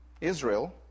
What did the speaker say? Israel